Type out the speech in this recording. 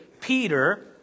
Peter